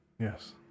Yes